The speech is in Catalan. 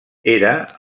era